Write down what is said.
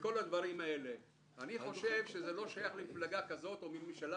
אני חושב שזה לא שייך למפלגה כזו או אחרת.